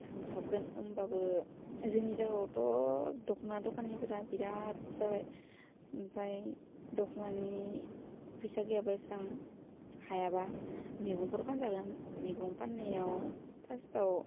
थांसाबगोन होमबाबो जोंनि जायगायावथ' दख'ना दखानिफोरा बिराथ जाबाय ओमफ्राय दख'नानि फैसा गैयाबा इसिबां हायाबा मेगंफोर फानजागोन मेगं फान्नायाव फार्स्टआव